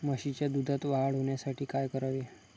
म्हशीच्या दुधात वाढ होण्यासाठी काय करावे?